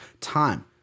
time